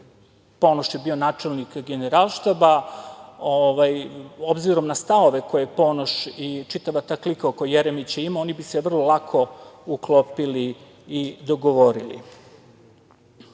Ponoš je bio načelnik Generalštaba. Obzirom na stavove koje Ponoš i čitava ta klika oko Jeremića ima, oni bi se vrlo lako uklopili i dogovorili. Što